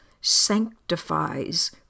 sanctifies